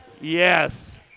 Yes